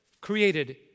created